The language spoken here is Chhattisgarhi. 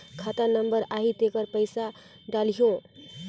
खाता नंबर आही तेकर पइसा डलहीओ?